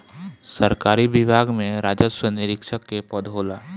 सरकारी विभाग में राजस्व निरीक्षक के पद होला